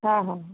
हा हा